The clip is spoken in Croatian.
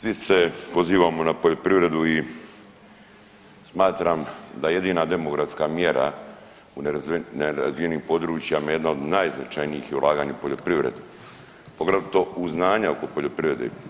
Svi se pozivamo na poljoprivredu i smatram da jedina demografska mjera u nerazvijenim područjima je jedna od najznačajnijih ulaganja u poljoprivredu poglavito u znanja oko poljoprivrede.